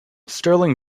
stirling